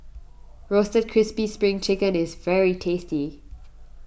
Roasted Crispy Spring Chicken is very tasty